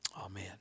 amen